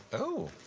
oh,